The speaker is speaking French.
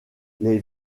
les